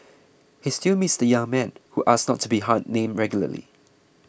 he still meets the young man who asked not to be ha named regularly